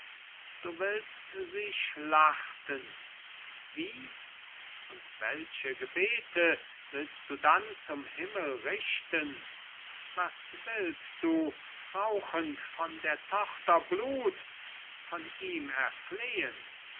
du willst sie schlachten wie und welche gebete willst du dann zum himmel richten was willst du rauchend von der tochter blut von ihm erflehen